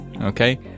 Okay